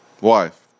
wife